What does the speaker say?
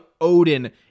odin